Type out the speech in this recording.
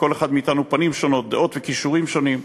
לכל אחד מאתנו פנים שונות, דעות וכישורים שונים,